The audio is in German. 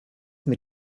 mit